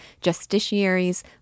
justiciaries